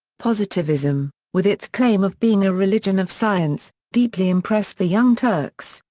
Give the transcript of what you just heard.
positivism, with its claim of being a religion of science, deeply impressed the young turks,